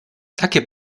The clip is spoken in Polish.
takie